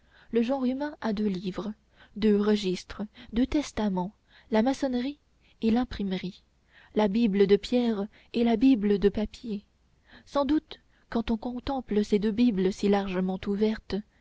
le genre humain a deux livres deux registres deux testaments la maçonnerie et l'imprimerie la bible de pierre et la bible de papier sans doute quand on contemple ces deux bibles si largement ouvertes